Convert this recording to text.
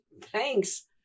Thanks